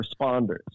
responders